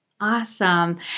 Awesome